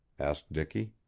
asked dicky.